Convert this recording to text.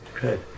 Good